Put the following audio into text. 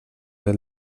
del